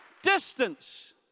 Distance